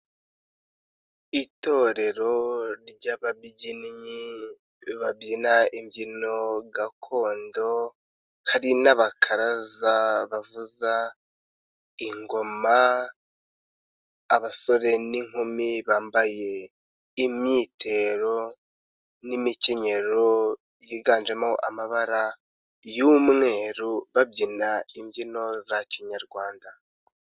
Itorero ry'ababibnyi babyina imbyino gakondo, hari n'abakaraza bavuza ingoma, abasore n'inkumi bambaye imyitero n'imikenyero yiganjemo amabara y'umweru babyina imbyino za Kinyarwanda.